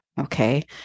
Okay